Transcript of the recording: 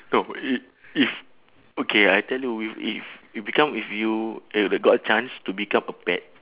no if if okay I tell you if if if become if you uh got a chance to become a pet